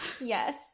Yes